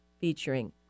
Featuring